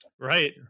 Right